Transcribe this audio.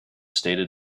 stated